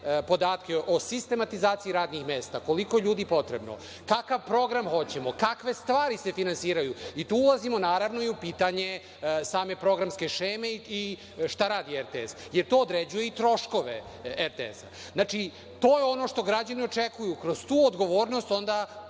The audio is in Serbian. o sistematizaciji radnih mesta, koliko je ljudi potrebno, kakav program hoćemo, kakve stvari se finansiraju. Tu ulazimo, naravno, u pitanje same programske šeme i šta radi RTS, jer to određuje i troškove RTS-a. To je ono što građani očekuju. Kroz tu odgovornost onda